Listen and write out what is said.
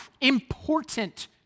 important